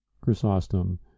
Chrysostom